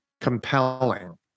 compelling